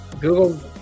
Google